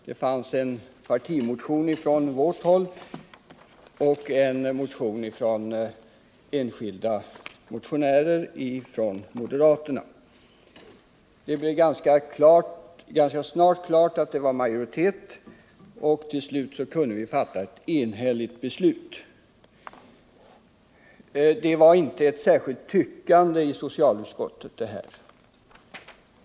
Det fanns en partimotion från vårt håll och en motion som hade väckts av enskilda moderata ledamöter. Det blev ganska snart klart att det fanns majoritet för motionärernas uppfattning, och till slut kunde vi alltså komma fram till ett enhälligt yttrande. Det var inte fråga om något särskilt tyckande i socialutskottet.